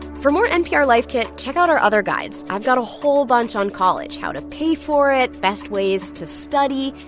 for more npr life kit, check out our other guides. i've got a whole bunch on college how to pay for it, best ways to study,